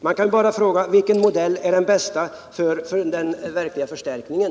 Man kan bara fråga: Vilken modell är den bästa för den verkliga förstärkningen?